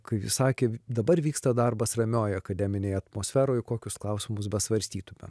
kai jis sakė dabar vyksta darbas ramioj akademinėj atmosferoj kokius klausimus besvarstytumėm